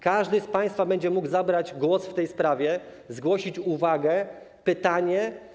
Każdy z państwa będzie mógł zabrać głos w tej sprawie, zgłosić uwagę, pytanie.